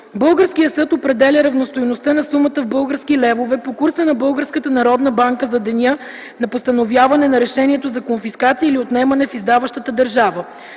българският съд определя равностойността на сумата в български левове по курса на Българската народна банка за деня на постановяване на решението за конфискация или отнемане в издаващата държава.